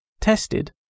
tested